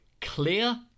clear